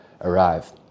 arrive